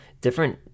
different